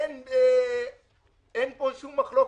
אין פה שום מחלוקת,